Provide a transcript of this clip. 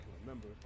remember